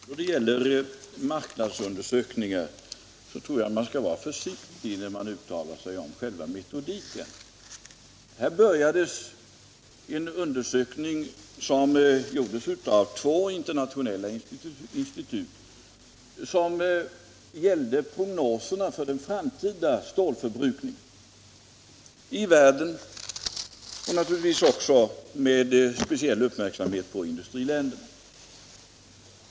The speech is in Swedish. Herr talman! Då det gäller marknadsundersökningar tror jag man skall vara försiktig med att uttala sig om själva metodiken. Två internationella institut undersökte prognoserna för den framtida stålförbrukningen i världen, naturligtvis med speciell uppmärksamhet på industriländerna.